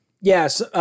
Yes